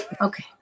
Okay